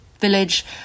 village